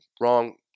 wrong